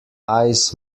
eyes